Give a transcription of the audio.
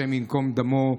השם ייקום דמו,